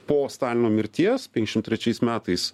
po stalino mirties penkiasdešim trečiais metais